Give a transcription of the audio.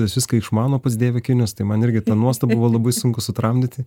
nes viską išmano pats dėvi akinius tai man irgi ta nuostabą buvo labai sunku sutramdyti